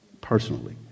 personally